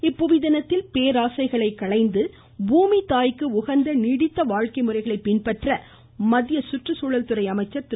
இப்புவி தினத்தில் பேராசையை களைந்து பூமித்தாய்க்கு உகந்த நீடித்த வாழ்க்கை முறைகளை பின்பற்ற மத்திய கற்றுச்சூழல்துறை அமைச்சர் திரு